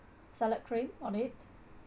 salad cream on it